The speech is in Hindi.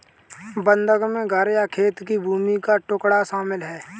बंधक में घर या खेत की भूमि का टुकड़ा शामिल है